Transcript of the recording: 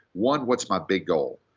one, what's my big goal?